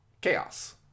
chaos